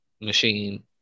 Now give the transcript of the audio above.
machine